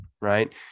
right